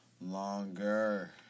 longer